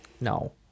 no